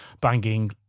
banging